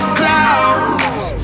clouds